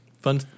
Fun